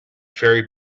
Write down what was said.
fairy